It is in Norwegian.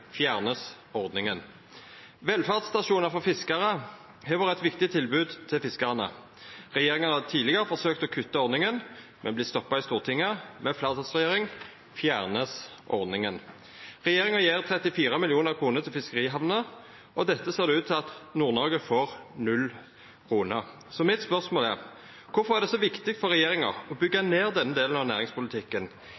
Velferdsstasjonar for fiskarar har vore eit viktig tilbod til fiskarane. Regjeringa har tidlegare forsøkt å kutta ordninga, men har vorte stoppa i Stortinget. Med fleirtalsregjering vert ordninga fjerna. Regjeringa gjev 34 mill. kr til fiskerihamner, og av dette ser det ut til at Nord-Noreg får 0 kr. Mitt spørsmål er: Kvifor er det så viktig for regjeringa å